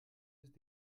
ist